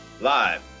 Live